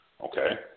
okay